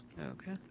Okay